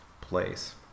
place